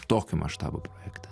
tokio maštabo projektą